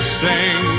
sing